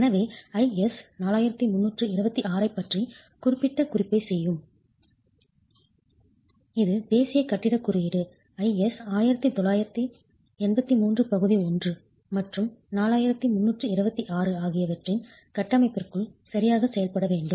எனவே IS 4326 ஐப் பற்றி குறிப்பிட்ட குறிப்பைச் செய்யும் இது தேசிய கட்டிடக் குறியீடு IS 1893 பகுதி 1 மற்றும் 4326 ஆகியவற்றின் கட்டமைப்பிற்குள் சரியாகச் செயல்பட வேண்டும்